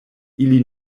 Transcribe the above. ili